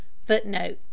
Footnote